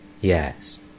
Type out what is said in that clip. Yes